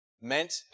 meant